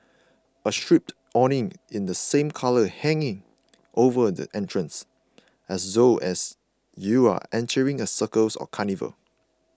a striped awning in the same colours hanging over the entrance as though you are entering a circus or carnival